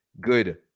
good